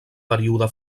període